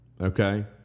Okay